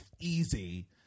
easy